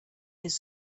his